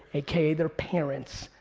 aka their parents,